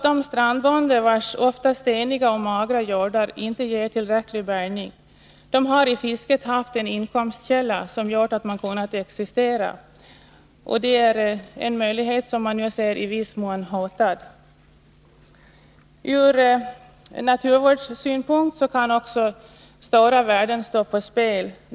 De strandbönder vilkas ofta steniga och magra jordar inte ger tillräcklig bärgning har i fisket ofta haft en inkomstkälla som gjort att de kunnat existera. Denna möjlighet ser de nu i viss mån hotad. Ur naturvårdssynpunkt kan också stora värden stå på spel.